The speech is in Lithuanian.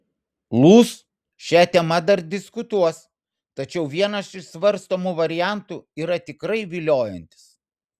lūs šia tema dar diskutuos tačiau vienas iš svarstomų variantų yra tikrai viliojantis